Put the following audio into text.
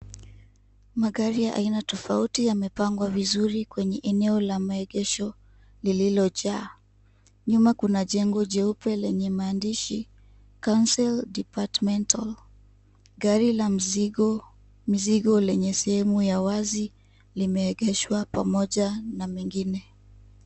Magari ya aina tofauti yamepangwa vizuri kwenye eneo la maegesho lililojaa. Nyuma kuna jengo jeupe lenye maandishi Council Departmental . Gari la mzigo lenye sehemu ya wazi limeegeshwa pamoja na mengine.